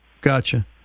Gotcha